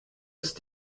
ist